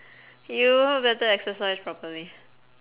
you better exercise properly